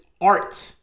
art